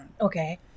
Okay